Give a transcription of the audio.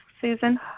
Susan